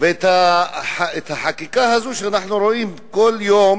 את החקיקה הזאת שאנחנו רואים כל יום,